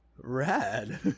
rad